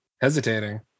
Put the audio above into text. hesitating